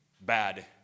bad